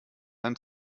einen